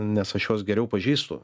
nes aš juos geriau pažįstu